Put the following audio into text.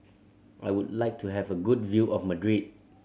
I would like to have a good view of Madrid